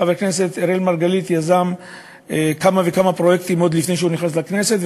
חבר הכנסת אראל מרגלית יזם כמה וכמה פרויקטים עוד לפני שהוא נכנס לכנסת,